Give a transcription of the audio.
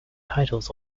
titles